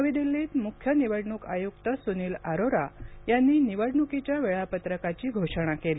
नवी दिल्लीत मुख्य निवडणूक आयुक्त सुनील आरोरा यांनी निवडणूकीच्या वेळापत्रकाची घोषणा केली